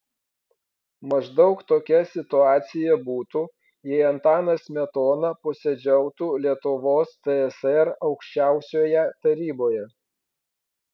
maždaug tokia situacija būtų jei antanas smetona posėdžiautų lietuvos tsr aukščiausioje taryboje